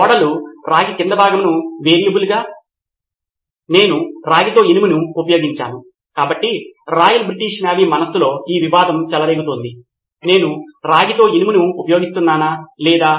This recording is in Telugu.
ఓడలు రాగి క్రింద భాగంను వేరియబుల్గా నేను రాగితో ఇనుమును ఉపయోగిస్తాను కాబట్టి రాయల్ బ్రిటిష్ నేవీ మనస్సులో ఈ వివాదం జరుగుతోంది నేను రాగితో ఇనుమును ఉపయోగిస్తున్నానా లేదా